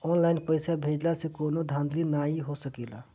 online पइसा भेजला से कवनो धांधली नाइ हो सकेला